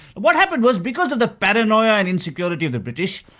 what happened was because of the paranoia and insecurity of the british,